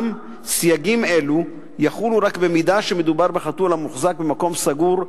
אולם סייגים אלו יחולו רק במידה שמדובר בחתול המוחזק במקום סגור,